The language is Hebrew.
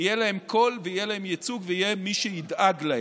יהיה קול ויהיה ייצוג ויהיה מי שידאג להם.